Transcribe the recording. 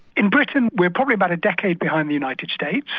in britain we are probably about a decade behind the united states,